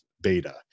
beta